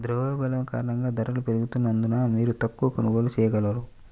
ద్రవ్యోల్బణం కారణంగా ధరలు పెరుగుతున్నందున, మీరు తక్కువ కొనుగోళ్ళు చేయగలరు